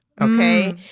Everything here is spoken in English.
okay